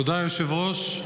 תודה, היושב-ראש.